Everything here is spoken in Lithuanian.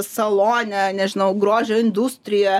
salone nežinau grožio industrijoje